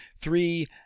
three